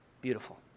Beautiful